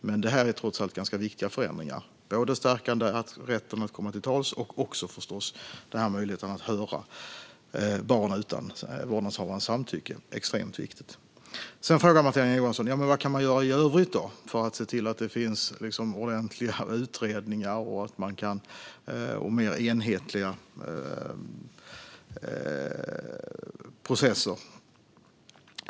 Men det här är trots allt viktiga förändringar, både stärkandet av rätten att komma till tals och möjligheten att höra barn utan vårdnadshavarens samtycke. Det är extremt viktigt. Sedan frågade Martina Johansson vad som kan göras i övrigt för att se till att det görs ordentliga utredningar och mer enhetliga processer.